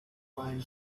find